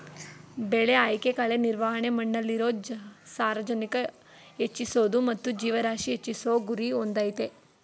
ಬೆಳೆ ಆಯ್ಕೆ ಕಳೆ ನಿರ್ವಹಣೆ ಮಣ್ಣಲ್ಲಿರೊ ಸಾರಜನಕ ಹೆಚ್ಚಿಸೋದು ಮತ್ತು ಜೀವರಾಶಿ ಹೆಚ್ಚಿಸೋ ಗುರಿ ಹೊಂದಯ್ತೆ